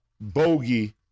Bogey